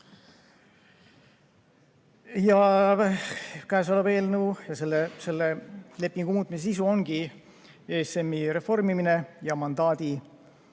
Käesoleva eelnõu ja selle lepingu muutmise sisu ongi ESM‑i reformimine ja mandaadi